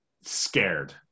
scared